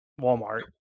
Walmart